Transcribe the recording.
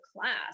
class